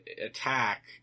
attack